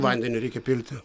vandeniu reikia pilti